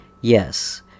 Yes